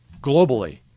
globally